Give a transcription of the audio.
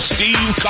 Steve